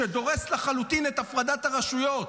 שדורס לחלוטין את הפרדת הרשויות.